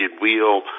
wheel